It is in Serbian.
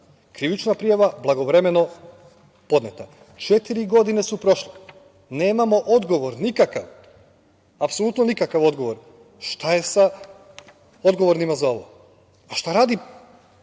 krivična prijava blagovremeno podneta. Četiri godine su prošle, nemamo odgovor nikakav, apsolutno nikakav odgovor - šta je sa odgovornim za ovo? Šta radi